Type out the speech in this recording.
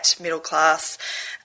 middle-class